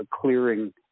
clearing